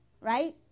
right